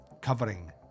covering